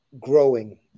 growing